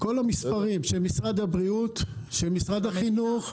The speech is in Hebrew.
כל המספרים של משרד הבריאות ושל משרד החינוך.